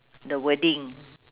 the wording